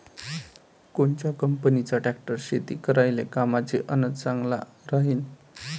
कोनच्या कंपनीचा ट्रॅक्टर शेती करायले कामाचे अन चांगला राहीनं?